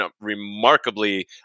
remarkably